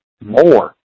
more